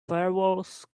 firewalls